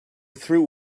through